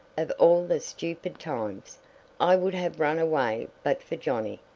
of all the stupid times i would have run away but for johnnie.